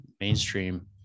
mainstream